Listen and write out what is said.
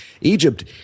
Egypt